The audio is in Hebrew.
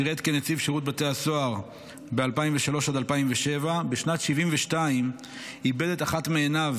ושירת כנציב שירות בתי הסוהר ב-2003 2007. בשנת 1972 איבד את אחת מעיניו